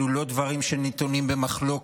אלו לא דברים שנתונים במחלוקת.